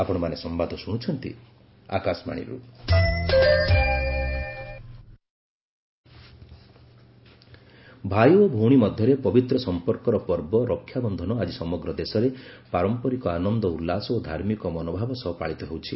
ରକ୍ଷାବନ୍ଧନ ଭାଇ ଓ ଭଉଣୀ ମଧ୍ୟରେ ପବିତ୍ର ସଂପର୍କର ପର୍ବ ରକ୍ଷାବନ୍ଧନ ଆଜି ସମଗ୍ର ଦେଶରେ ପାରମ୍ପରିକ ଆନନ୍ଦ ଉଲ୍ଲାସ ଓ ଧାର୍ମିକ ମନୋଭାବ ସହ ପାଳିତ ହେଉଛି